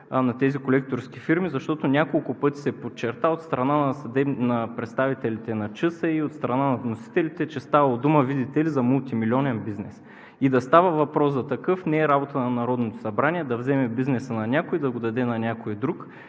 на тези колекторски фирми, защото няколко пъти се подчерта от страна на представителите на ЧСИ и от страна на вносителите, че е ставало дума, видите ли, за мултимилионен бизнес. И да става въпрос за такъв, не е работа на Народното събрание да вземе бизнеса на някой, да го даде на някой друг